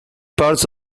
parts